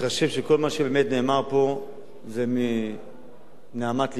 שכל מה שנאמר פה זה מנהמת לבך.